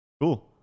Cool